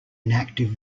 inactive